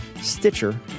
Stitcher